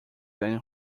than